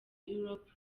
europa